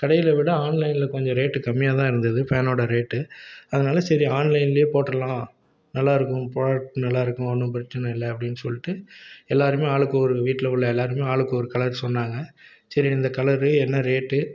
கடையில் விட ஆன்லைனில் கொஞ்சம் ரேட்டு கம்மியாக தான் இருந்தது ஃபேன்னோடய ரேட்டு அதனால சரி ஆன்லைனில் போட்டுடலாம் நல்லாயிருக்கும் ப்ரோடேக்ட் நல்லாயிருக்கும் ஒன்றும் பிரச்சனை இல்லை அப்படின்னு சொல்லிட்டு எல்லாரும் ஆளுக்கு ஒரு வீட்டில் உள்ள எல்லோருமே ஆளுக்கு ஒரு கலர் சொன்னாங்க சரி இந்த கலர் என்ன ரேட்டு